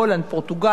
נורבגיה,